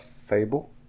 fable